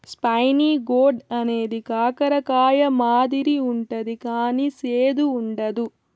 spiny gourd అనేది కాకర కాయ మాదిరి ఉంటది కానీ సేదు ఉండదు